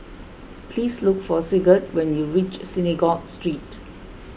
please look for Sigurd when you reach Synagogue Street